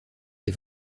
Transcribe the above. des